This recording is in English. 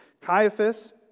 Caiaphas